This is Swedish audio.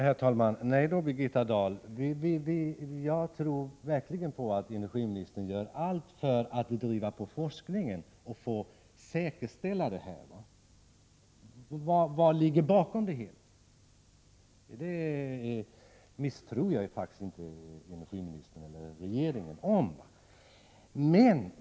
Herr talman! Jag tror verkligen att energiministern gör allt för att driva på forskningen och fastställa vad som ligger bakom det hela. Jag misstror varken energiministern eller regeringen härvidlag.